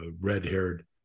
red-haired